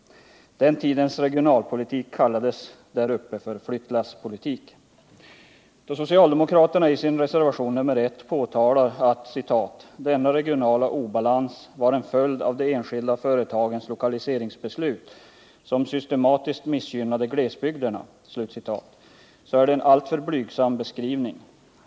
Den tidens regionalpolitik kallades där uppe för flyttlasspolitik. Då socialdemokraterna i sin reservation nr 1 påtalar att denna regionala obalans ”var en följd av de enskilda företagens lokaliseringsbeslut, som systematiskt missgynnade glesbygderna”, så är det en alltför blygsam beskrivning.